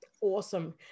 awesome